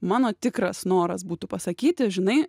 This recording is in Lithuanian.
mano tikras noras būtų pasakyti žinai